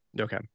Okay